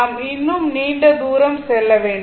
நாம் இன்னும் நீண்ட தூரம் செல்ல வேண்டும்